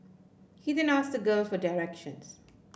he then ask the girl for directions